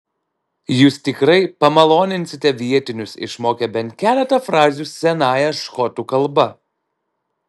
jūs tikrai pamaloninsite vietinius išmokę bent keletą frazių senąją škotų kalba